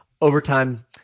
overtime